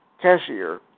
Cashier